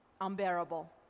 unbearable